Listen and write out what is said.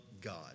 God